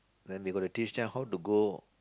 then we gotta teach them how to go